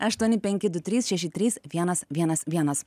aštuoni penki du trys šeši trys vienas vienas vienas